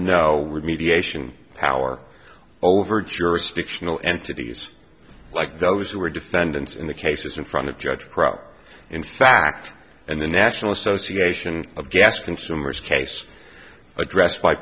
no remediation power over jurisdictional entities like those who are defendants in the cases in front of judge crowe in fact and the national association of gas consumers case addressed by